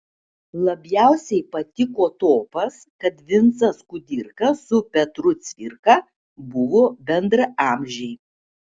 labiausiai patiko topas kad vincas kudirka su petru cvirka buvo bendraamžiai